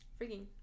freaking